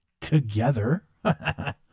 together